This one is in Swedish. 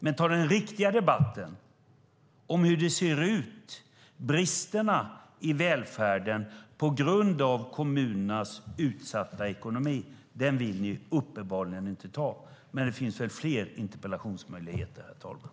Men att ta den riktiga debatten om hur det ser ut, om bristerna i välfärden på grund av kommunernas utsatta ekonomi, det vill ni uppenbarligen inte. Men det finns väl fler interpellationsmöjligheter, herr talman.